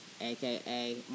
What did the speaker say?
aka